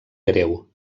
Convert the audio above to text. greu